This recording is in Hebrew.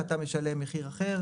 אתה משלם במחיר אחר